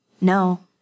No